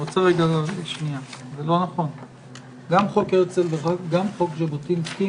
גם בחוק הרצל וגם בחוק ז'בוטינסקי